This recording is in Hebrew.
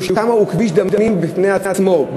שהוא כביש דמים בפני עצמו,